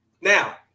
Now